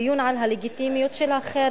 דיון על הלגיטימיות של החרם